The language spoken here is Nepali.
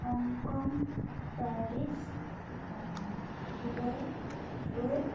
Hong Kong Paris Dubai सोएल